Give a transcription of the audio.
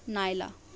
نائلہ